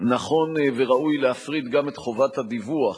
נכון וראוי להפריד גם את חובת הדיווח